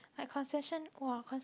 like concession !wah! concession